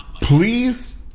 please